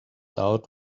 out